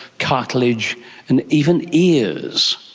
cartilage and even ears.